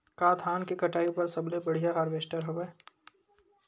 का धान के कटाई बर सबले बढ़िया हारवेस्टर हवय?